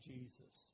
Jesus